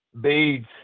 Beads